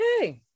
Okay